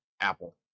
Apple